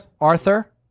Arthur